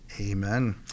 Amen